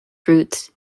fruits